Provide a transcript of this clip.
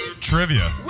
Trivia